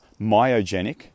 myogenic